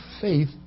faith